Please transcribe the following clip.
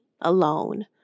alone